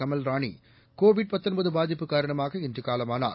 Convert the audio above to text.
Kamal Rani Covid டிபாதிப்பு காரணமாகஇன்றுகாலமானார்